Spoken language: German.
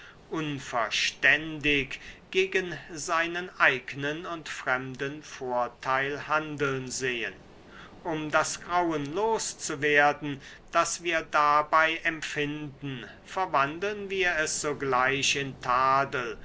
unverständig gegen seinen eignen und fremden vorteil handeln sehen um das grauen loszuwerden das wir dabei empfinden verwandeln wir es sogleich in tadel